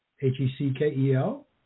H-E-C-K-E-L